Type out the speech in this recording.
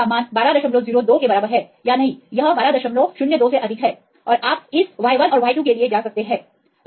C के sigma का मान 1202 के बराबर है या नहीं यह 1202 से अधिक है और आप इस y 1 और y 2 के लिए जा सकते हैं